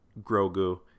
Grogu